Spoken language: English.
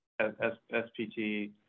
spt